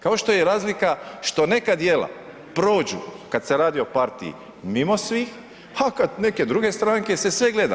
Kao što je razlika što neka djela prođu, kad se radi o partiji mimo svih, a kad neke druge stranke, se sve gleda.